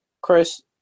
Chris